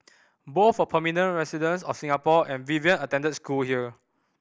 both were permanent residents of Singapore and Vivian attended school here